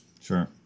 Sure